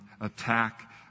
attack